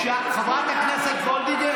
חברת הכנסת סטרוק,